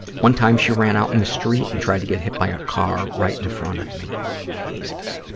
one time she ran out in the street and tried to get hit by a car right in front of me. oh, jesus.